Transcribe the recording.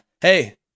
Hey